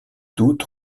toute